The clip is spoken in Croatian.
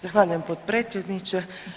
Zahvaljujem potpredsjedniče.